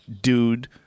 dude